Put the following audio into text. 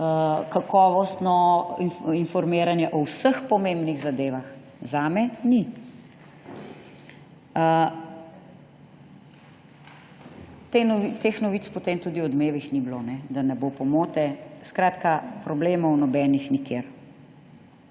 kakovostno informiranje o vseh pomembnih zadevah. Zame ni. Teh novic potem tudi v Odmevih ni bilo, da ne bo pomote. Skratka, problemov nobenih nikjer.